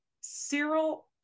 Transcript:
cyril